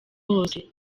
wose